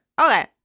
Okay